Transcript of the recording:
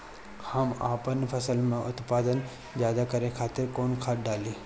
हम आपन फसल में उत्पादन ज्यदा करे खातिर कौन खाद डाली?